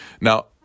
Now